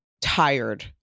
tired